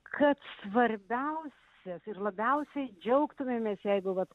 kad svarbiausias ir labiausiai džiaugtumėmės jeigu vat